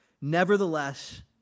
Nevertheless